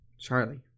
Charlie